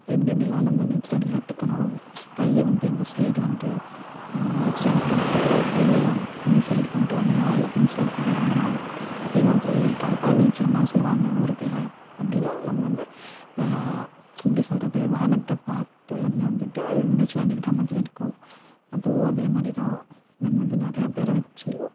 எப்படி எப்படிலாம் நம்ம நீச்சல் அடிக்க கற்றுக்கணும் கையை வந்து எந்த சைடு வந்து அந் நீச்சல் அடிக்கும் போது கையை முன் சைடு கொண்டுட்டு வரணுமா இல்லை பின் சைடு கொண்டு வரணுமா அதே மாதிரி காக்கா நீச்சல்லாம் சொல்லுவாங்க ஊருக்குள்ளே அப்படின்னா அது வந்து இப்போ எப்படி சொல்கிறது வானத்தை பார்த்து அன்னாந்துட்டே நீச்சல் அடிக்கிற மாதிரி இருக்கும் அதுவும் அதே மாதிரி தான் நம்ம வந்து நிறையா பேரை வச்சு